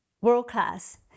world-class